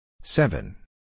Seven